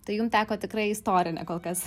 tai jum teko tikrai istorinė kol kas